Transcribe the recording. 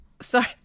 sorry